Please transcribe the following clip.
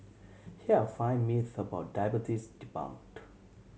here are five myths about diabetes debunked